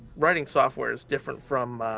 writing software is different from